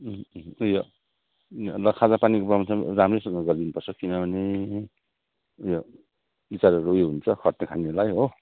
ऊ यो ल ल खाजापानीको व्यवस्था पनि राम्रोसँग गरिदिनुपर्छ किनभने ऊ यो टिचरहरू नै हुन्छ खट्नु खानुलाई हो